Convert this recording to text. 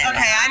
Okay